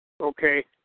Okay